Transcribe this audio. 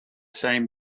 same